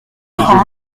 trente